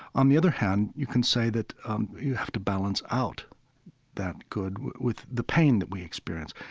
on the other hand, you can say that um you have to balance out that good with the pain that we experience.